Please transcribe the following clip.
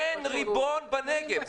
אין ריבון בנגב.